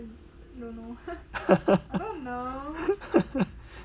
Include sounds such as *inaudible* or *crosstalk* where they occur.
*laughs*